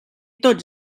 tots